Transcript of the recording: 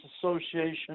Association